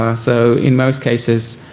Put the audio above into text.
ah so in those cases,